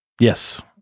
Yes